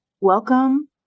Welcome